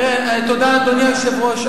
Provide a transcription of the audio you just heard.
תודה, אדוני היושב-ראש.